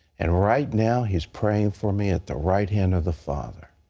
and right now he is praying for me at the right hand of the father.